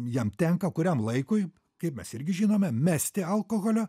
jam tenka kuriam laikui kaip mes irgi žinome mesti alkoholio